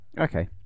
Okay